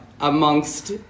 amongst